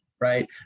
right